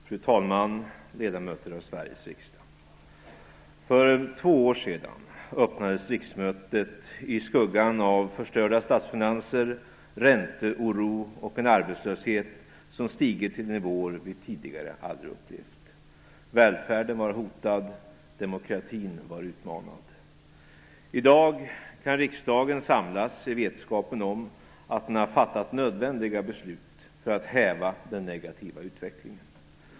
För två år sedan öppnades riksmötet i skuggan av förstörda statsfinanser, ränteoro och en arbetslöshet som stigit till nivåer vi tidigare aldrig upplevt. Välfärden var hotad. Demokratin var utmanad. I dag kan riksdagen samlas i vetskapen om att den har fattat nödvändiga beslut för att häva den negativa utvecklingen.